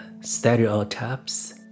stereotypes